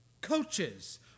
Coaches